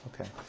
Okay